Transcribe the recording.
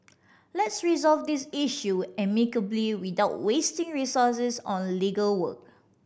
let's resolve this issue amicably without wasting resources on legal work